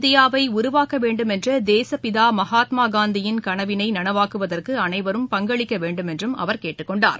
இந்தியாவைஉருவாக்கவேண்டுமென்றதேசப்பிதாமகாத்மாகாந்தியின் தூய்மை கனவினைநனவாக்குவதற்குஅனைவரும் பங்களிக்கவேண்டுமென்றும் அவா் கேட்டுக் கொண்டார்